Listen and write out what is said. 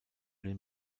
den